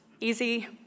Easy